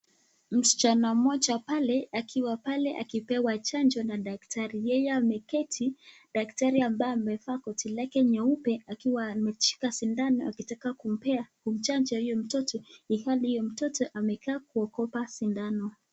Msichana mmoja pale, akiwa pale akipewa chanjo na daktari. Yeye ameketi daktari ambaye amevaa koti lake nyeupe akiwa ameshika sindano akitaka kumpea kumchanja huyo mtoto ilhali huyo mtoto amekaa kuogopa sindano.